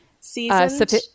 seasoned